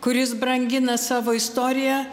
kuris brangina savo istoriją